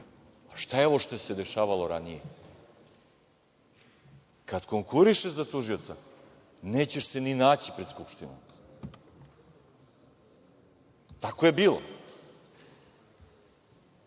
šta je ovo što se dešavalo ranije? Kada konkurišeš za tužioca nećeš se ni naći pred Skupštinom. Tako je bilo. Isto